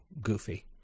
Goofy